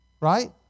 Right